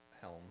helm